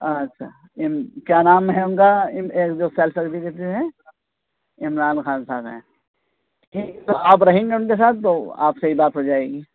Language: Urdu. اچھا کیا نام ہے ان کا ایک جو سیلس سروس ایگزیکٹیو ہیں عمران خان صاحب ہیں ٹھیک تو آپ رہیں گے ان کے ساتھ تو آپ سے ہی بات ہو جائے گی